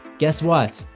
guess what?